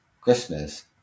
Christmas